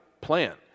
plan